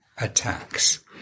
attacks